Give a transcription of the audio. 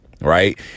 right